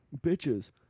bitches